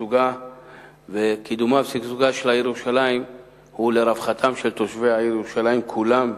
לשגשוגה של העיר ירושלים ולרווחתם של תושבי העיר ירושלים כולם,